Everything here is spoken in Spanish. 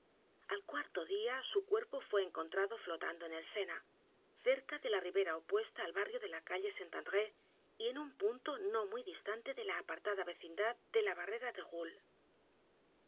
al cuarto día su cuerpo fué encont r a d o flotando en el sena cerca de la ribera opuesta al barrio de la calle saint andrée y en un punto no muy distante de la apartada vecindad de la b a